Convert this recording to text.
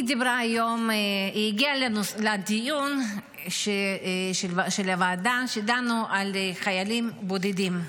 היא הגיעה לדיון של הוועדה על חיילים בודדים,